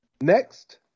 Next